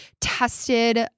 tested